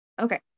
Okay